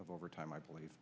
of overtime i believe